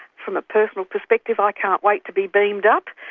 from a personal perspective i can't wait to be beamed up,